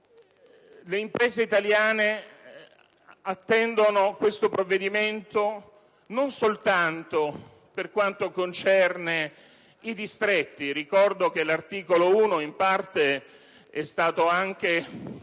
Le imprese italiane lo attendono non soltanto per quanto concerne i distretti. Ricordo che l'articolo 1 in parte è stato anche